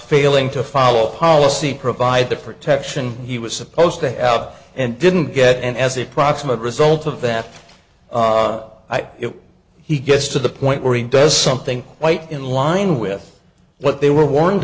failing to follow a policy provide the protection he was supposed to have and didn't get as a proximate result of that if he gets to the point where he does something quite in line with what they were warned